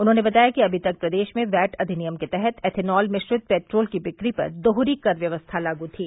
उन्होंने बताया कि अभी तक प्रदेश में वैट अधिनियम के तहत एथेनाल मिश्रित पेट्रोल की बिक्री पर दोहरी कर व्यवस्था लागू थी